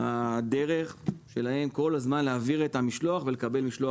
הדרך שלהם היא כל הזמן להעביר את המשלוח ולקבל משלוח